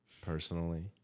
personally